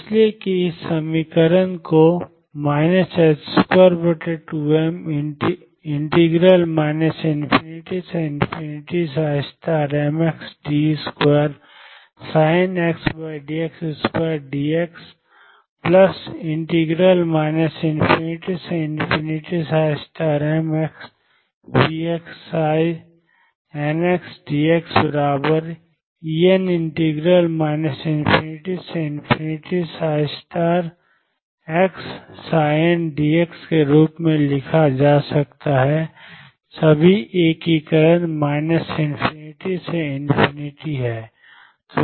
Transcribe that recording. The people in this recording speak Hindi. इसलिए कि इस समीकरण को 22m ∞md2ndx2dx ∞mVxndxEn ∞mxndx के रूप में लिखा जा सकता है सभी एकीकरण ∞ से ∞